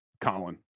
Colin